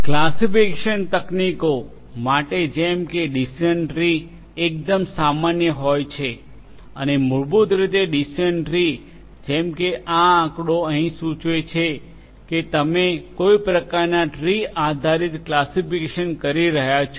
classification તકનીકો માટે જેમ કે ડીસિઝન ટ્રી એકદમ સામાન્ય હોય છે અને મૂળભૂત રીતે ડીસિઝન ટ્રી જેમ કે આ આંકડો અહીં સૂચવે છે કે તમે કોઈ પ્રકારનાં ટ્રી આધારિત ક્લાસિફિકેશન કરી રહ્યા છો